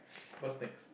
what's next